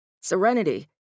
Serenity